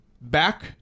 back